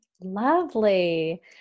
Lovely